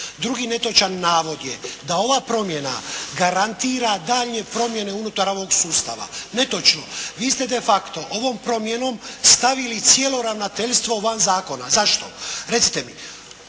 Drugi netočan navod je da ova promjena garantira daljnje promjene unutar ovog sustava. Netočno. Vi ste de facto ovom promjenom stavili cijelo ravnateljstvo van zakona. Zašto? Recite mi!